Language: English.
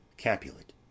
Capulet